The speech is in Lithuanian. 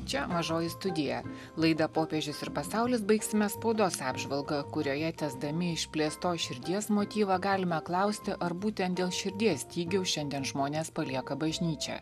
čia mažoji studija laidą popiežius ir pasaulis baigsime spaudos apžvalgą kurioje tęsdami išplėstos širdies motyvą galime klausti ar būtent dėl širdies stygiaus šiandien žmonės palieka bažnyčią